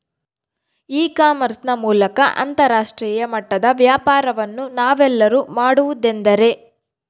E commerce ನ ಮೂಲಕ ಅಂತರಾಷ್ಟ್ರೇಯ ಮಟ್ಟದ ವ್ಯಾಪಾರವನ್ನು ನಾವೆಲ್ಲರೂ ಮಾಡುವುದೆಂದರೆ?